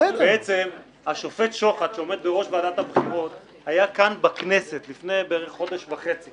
בעצם השופט שוחט שעומד בראש ועדת הבחירות היה כאן בכנסת לפני כחודש וחצי